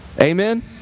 Amen